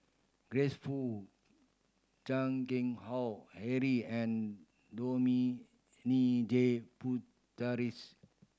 Grace Fu Chan Keng Howe Harry and Dominic J